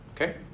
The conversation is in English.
Okay